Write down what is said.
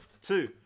Two